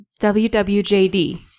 wwjd